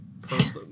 person